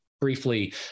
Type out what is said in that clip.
Briefly